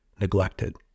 neglected